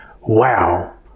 Wow